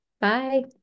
Bye